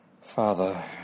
Father